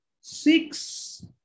six